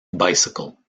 bicycle